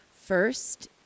first